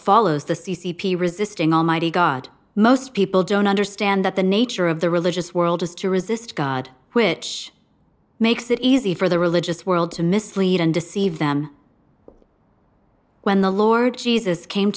follows the c c p resisting almighty god most people don't understand that the nature of the religious world is to resist god which makes it easy for the religious world to mislead and deceive them when the lord jesus came